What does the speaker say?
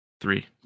Three